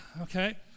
Okay